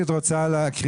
אני רוצה להסביר,